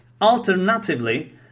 Alternatively